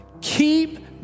Keep